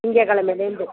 திங்கள் கிலமைலேர்ந்து